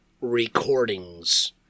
recordings